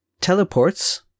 teleports